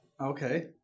Okay